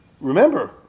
Remember